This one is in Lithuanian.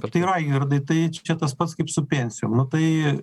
tai raigardai tai čia tas pats kaip su pensijom nu tai